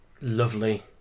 lovely